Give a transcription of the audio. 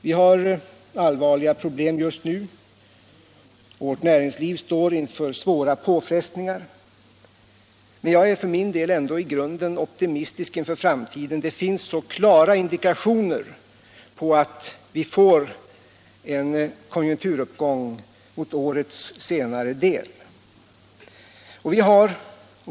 Vi har allvarliga problem just nu, vårt näringsliv står inför svåra påfrestningar, men jag är för min del i grunden optimistisk med tanke på framtiden. Det finns så klara indikationer på att vi får en konjunkturuppgång under årets senare del.